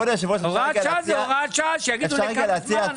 הוראת שעה זו הוראת שעה; שיגידו לי כמה זמן.